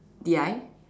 did I